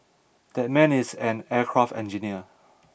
that man is an aircraft engineer